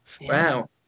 Wow